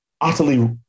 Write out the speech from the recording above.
utterly